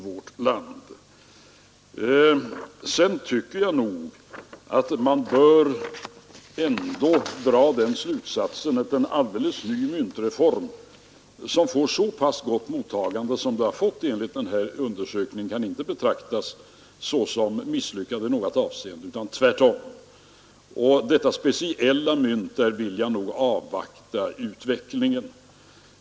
Vidare tycker jag att man ändå bör dra den slutsatsen att en nyligen genomförd myntreform som har mottagits så pass väl som skett enligt undersökningen inte kan betraktas som misslyckad i något avseende — tvärtom. Beträffande det speciella nu berörda myntet vill jag nog avvakta utvecklingen.